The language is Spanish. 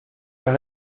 las